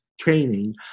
training